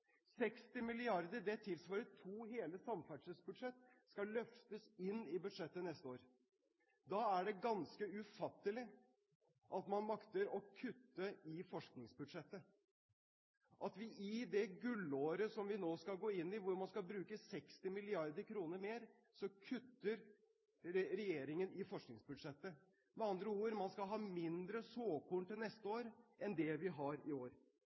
60 mrd. kr – det tilsvarer to hele samferdselsbudsjett – skal løftes inn i budsjettet neste år. Da er det ganske ufattelig – i det gullåret vi nå skal gå inn i, når man skal bruke 60 mrd. kr mer – at regjeringen makter å kutte i forskningsbudsjettet. Med andre ord: Man skal ha mindre såkorn til neste år enn det vi har i år.